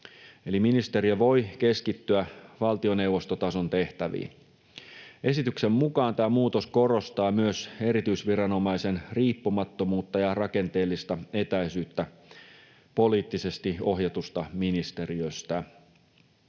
eli ministeriö voi keskittyä valtioneuvostotason tehtäviin. Esityksen mukaan tämä muutos korostaa myös erityisviranomaisen riippumattomuutta ja rakenteellista etäisyyttä poliittisesti ohjatusta ministeriöstä.